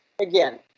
again